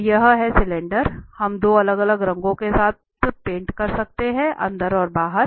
तो यह है सिलेंडर हम दो अलग अलग रंगों के साथ पेंट कर सकते हैं अंदर और बाहर